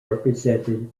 represented